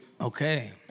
Okay